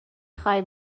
خوای